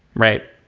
right.